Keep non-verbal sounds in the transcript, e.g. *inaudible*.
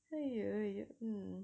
!aiya! *noise*